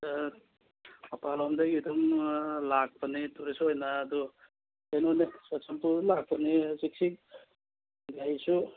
ꯃꯄꯥꯜ ꯂꯣꯝꯗꯒꯤ ꯈꯤꯇꯪ ꯂꯥꯛꯄꯅꯦ ꯇꯨꯔꯤꯁ ꯑꯣꯏꯅ ꯑꯗꯨ ꯀꯩꯅꯣꯅꯦ ꯆꯨꯔꯥꯆꯥꯟꯄꯨꯔꯗ ꯂꯥꯛꯄꯅꯦ ꯍꯧꯖꯤꯛꯁꯤ ꯑꯩꯁꯨ